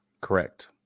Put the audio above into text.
Correct